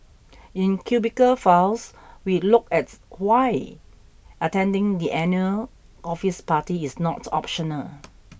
in Cubicle Files we look at why attending the annual office party is not optional